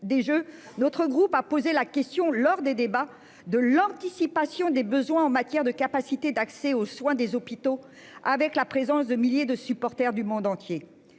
des jeux. Notre groupe a posé la question. Lors des débats de l'anticipation des besoins en matière de capacité d'accès aux soins des hôpitaux avec la présence de milliers de supporters du monde entier.